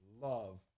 love